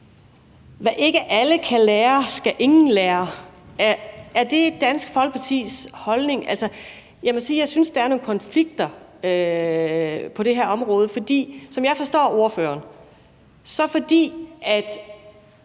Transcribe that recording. Hvad ikke alle kan lære, skal ingen lære. Er det Dansk Folkepartis holdning? Jeg må sige, at jeg synes, at der er nogle konflikter på det her område. Som jeg forstår ordføreren, siger han, at